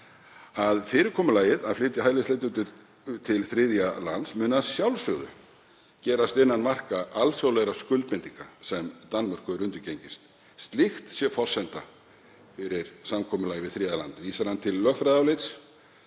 að fyrirkomulagið að flytja hælisleitendur til þriðja lands muni að sjálfsögðu gerast innan marka alþjóðlegra skuldbindinga sem Danmörk hefur undirgengist, slíkt sé forsenda fyrir samkomulagi við þriðja land. Vísar hann til lögfræðiálits